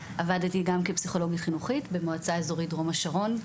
עבדתי גם כפסיכולוגית חינוכית במועצה אזורית דרום השרון,